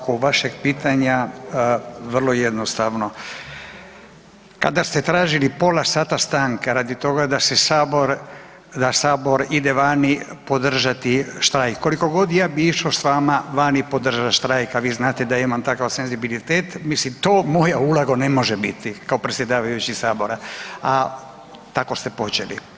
Oko vašeg pitanja vrlo jednostavno, kada ste tražili pola sata stanke radi toga da Sabor ide vani podržati štrajk, koliko god ja bi išao s vama vani podržat štrajk, a vi znate da ja imam takav senzibilitet, mislim to moja uloga ne može biti kao predsjedavajući Sabora, tako ste počeli.